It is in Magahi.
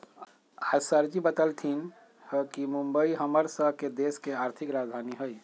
आज सरजी बतलथिन ह कि मुंबई हम्मर स के देश के आर्थिक राजधानी हई